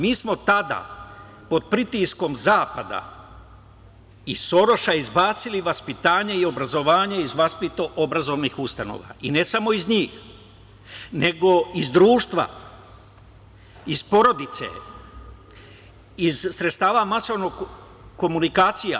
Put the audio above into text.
Mi smo tada, pod pritiskom Zapada i Soroša, izbacili vaspitanje i obrazovanje iz vaspitno-obrazovnih ustanova, i ne samo iz njih, nego i iz društva, iz porodice, iz sredstava masovnih komunikacija.